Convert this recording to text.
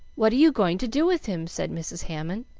what are you going to do with him? said mrs. hammond,